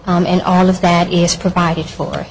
and all of that is provided for